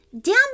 Down